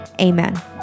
Amen